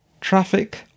Traffic